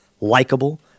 likable